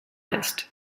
ist